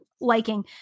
liking